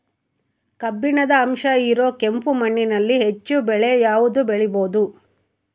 ಕಬ್ಬಿಣದ ಅಂಶ ಇರೋ ಕೆಂಪು ಮಣ್ಣಿನಲ್ಲಿ ಹೆಚ್ಚು ಬೆಳೆ ಯಾವುದು ಬೆಳಿಬೋದು?